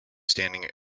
standing